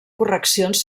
correccions